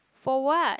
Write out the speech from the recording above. for what